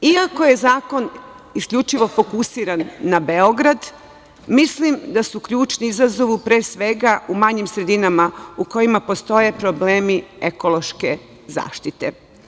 Iako je zakon isključivo fokusiran na Beograd, mislim da je ključni izazov, pre svega, u manjim sredinama u kojima postoje problemi ekološke zaštite.